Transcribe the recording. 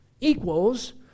equals